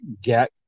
get